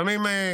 לפעמים, הוא